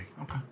Okay